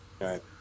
right